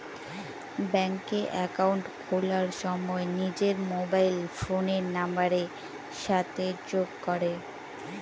ব্যাঙ্কে একাউন্ট খোলার সময় নিজের মোবাইল ফোনের নাম্বারের সাথে যোগ করে